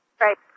Right